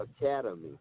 Academy